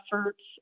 efforts